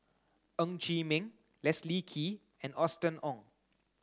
Ng Chee Meng Leslie Kee and Austen Ong